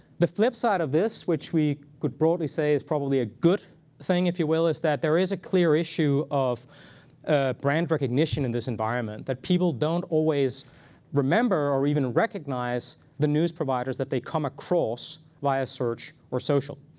the flip side of this, which we could broadly say is probably a good thing, if you will, is that there is a clear issue of brand recognition in this environment. that people don't always remember or even recognize the news providers that they come across via search or social.